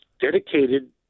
dedicated